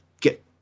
get